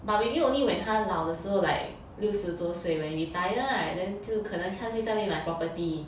but maybe only when 他老的时候 like 六十多岁 when he retire [right] then 就可能他会在那边买 property